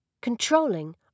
Controlling